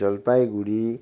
Jalpaiguri